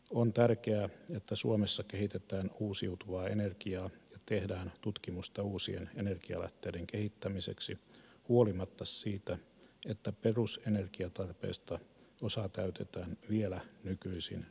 on tärkeää että suomessa kehitetään uusiutuvaa energiaa ja tehdään tutkimusta uusien energialähteiden kehittämiseksi huolimatta siitä että perusenergiantarpeesta osa täytetään vielä nykyisin ydinvoimalla